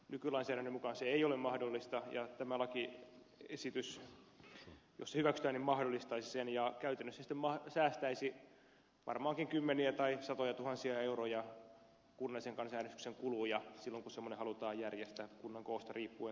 nykylainsäädännön mukaan se ei ole mahdollista ja tämä lakiesitys jos se hyväksytään mahdollistaisi sen ja käytännössä sitten säästäisi varmaankin kymmeniä tai satojatuhansia euroja kunnallisen kansanäänestyksen kuluja silloin kun semmoinen halutaan järjestää kunnan koosta riippuen